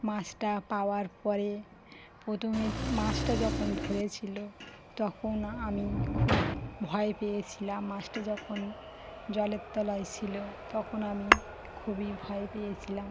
মাাছটা পাওয়ার পরে প্রথমে মাছটা যখন ধরেছিলো তখন আমি খুব ভয় পেয়েছিলাম মাছটা যখন জলের তলায় ছিলো তখন আমি খুবই ভয় পেয়েছিলাম